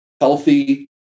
healthy